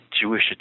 Jewish